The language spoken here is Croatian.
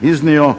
iznio